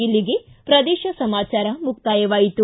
ಇಲ್ಲಿಗೆ ಪ್ರದೇಶ ಸಮಾಚಾರ ಮುಕ್ತಾಯವಾಯಿತು